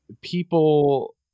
people